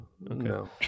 no